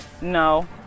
No